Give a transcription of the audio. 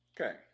Okay